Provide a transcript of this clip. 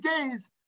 days